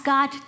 God